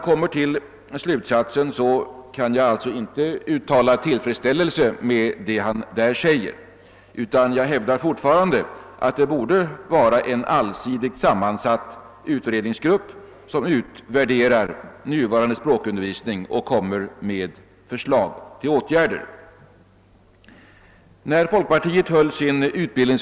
Jag kan alltså inte uttala tillfredsställelse med vad som sägs i denna slutsats, utan jag hävdar fortfarande att det borde vara en allsidigt sammansatt utredningsgrupp som utvärderar nuvarande språkundervisning och lägger fram förslag till åtgärder.